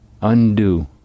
undo